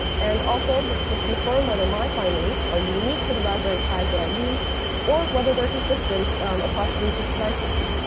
and also, this would confirm whether my findings are unique to the raspberry pis that i used or whether they're consistent across bluetooth devices.